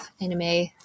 anime